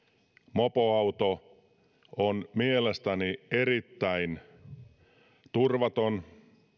mopoauto on mielestäni erittäin turvaton